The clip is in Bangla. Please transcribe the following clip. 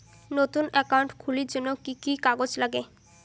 নতুন একাউন্ট খুলির জন্যে কি কি কাগজ নাগে?